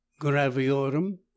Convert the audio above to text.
graviorum